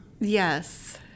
yes